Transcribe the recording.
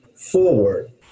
forward